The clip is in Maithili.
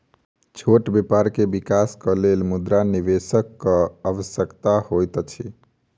छोट व्यापार के विकासक लेल मुद्रा निवेशकक आवश्यकता होइत अछि